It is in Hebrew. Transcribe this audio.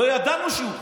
לא ידענו שיהיו בחירות.